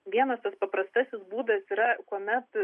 vienas tas paprastasis būdas yra kuomet